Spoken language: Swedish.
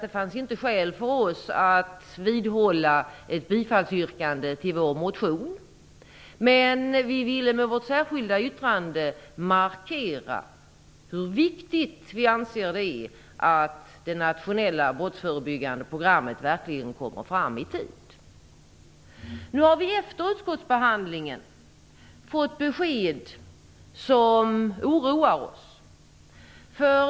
Det fanns inte skäl för oss att vidhålla ett bifallsyrkande till vår motion. Men vi ville med vårt särskilda yttrande markera hur viktigt vi anser det är att det nationella brottsförebyggande programmet verkligen kommer fram i tid. Nu har vi efter utskottsbehandlingen fått besked som oroar oss.